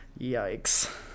Yikes